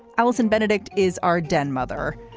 allison benedikt is our den mother.